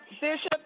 Bishop